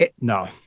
no